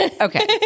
okay